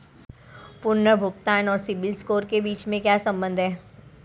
पुनर्भुगतान और सिबिल स्कोर के बीच क्या संबंध है?